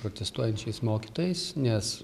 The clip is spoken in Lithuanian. protestuojančiais mokytojais nes